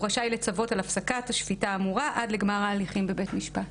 הוא רשאי לצוות על הפסקת השפיטה האמורה עד לגמר ההליכים בבית משפט.